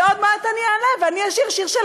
ועוד מעט אני אעלה ואני אשיר שיר של